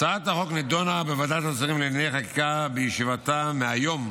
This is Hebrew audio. הצעת החוק נדונה בוועדת השרים לענייני חקיקה בישיבתה מהיום,